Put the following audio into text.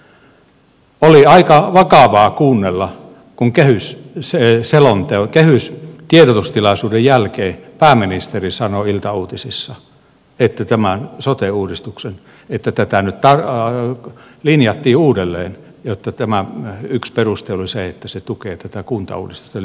oli aika vakavaa kuunnella kun käy se söi selonteon kehys kehystiedotustilaisuuden jälkeen pääministeri sanoi iltauutisissa että tätä sote uudistusta linjattiin uudelleen ja että yksi peruste oli se että se tukee tätä kuntauudistusta eli vahvistavaa kuntarakennetta